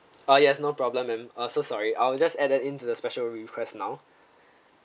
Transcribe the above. uh yes no problem ma'am uh so sorry I will just added in to the special requests now